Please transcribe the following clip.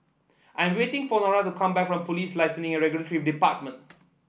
I am waiting for Nora to come back from Police Licensing and Regulatory Department